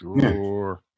sure